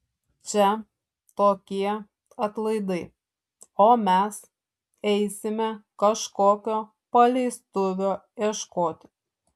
čia tokie atlaidai o mes eisime kažkokio paleistuvio ieškoti